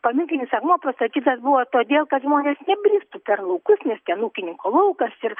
paminklinis akmuo pastatytas buvo todėl kad žmonės nebristų per laukus nes ten ūkininko laukas ir